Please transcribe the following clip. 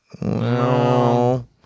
no